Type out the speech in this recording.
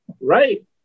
Right